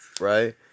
right